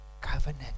covenant